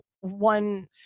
one